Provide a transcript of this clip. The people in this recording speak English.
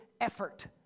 effort